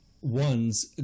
ones